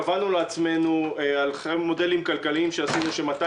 קבענו לעצמנו בעקבות מודלים כלכליים שעשינו ש-200